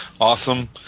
awesome